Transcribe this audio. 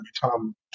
Tom